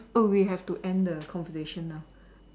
oh we have to end the conversation now